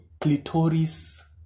clitoris